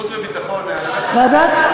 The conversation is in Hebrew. ועדת,